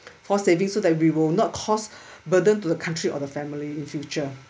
forced saving so that we will not cause burden to the country or the family in future